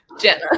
Jenna